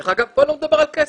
דרך אגב פה לא מדובר על כסף,